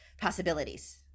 possibilities